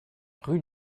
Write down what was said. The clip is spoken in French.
rue